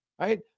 right